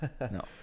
No